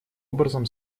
образом